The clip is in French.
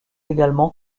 également